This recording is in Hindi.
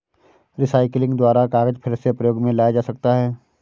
रीसाइक्लिंग द्वारा कागज फिर से प्रयोग मे लाया जा सकता है